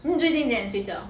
你最近睡觉